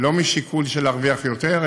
לא משיקול של להרוויח יותר,